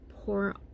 pour